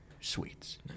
sweets